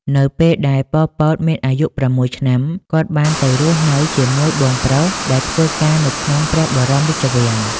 នៅពេលដែល ប៉ុល ពត មានអាយុ៦ឆ្នាំ គាត់បានទៅរស់នៅជាមួយបងប្រុសដែលធ្វើការនៅក្នុងព្រះបរមរាជវាំង។